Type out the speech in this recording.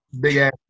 big-ass